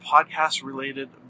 podcast-related